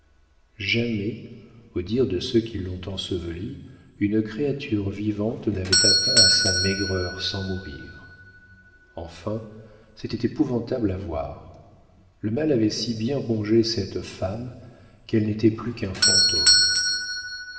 jamais au dire de ceux qui l'ont ensevelie une créature vivante n'avait atteint à sa maigreur sans mourir enfin c'était épouvantable à voir le mal avait si bien rongé cette femme qu'elle n'était plus qu'un fantôme